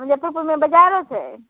मुजफ्फरपुरमे बजारो छै